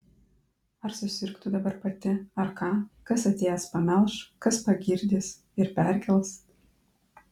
ar susirgtų dabar pati ar ką kas atėjęs pamelš kas pagirdys ir perkels